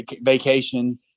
vacation